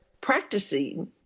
practicing